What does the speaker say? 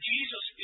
Jesus